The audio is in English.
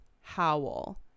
Howell